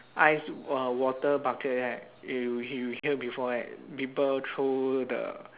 ice uh water bucket right you you hear before right people throw the